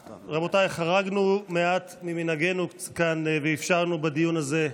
רבותיי, חרגנו מעט ממנהגנו כאן ואפשרנו בדיון הזה,